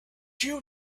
you